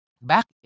back